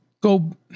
go